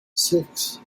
six